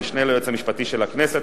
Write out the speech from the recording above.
המשנה ליועץ המשפטי של הכנסת,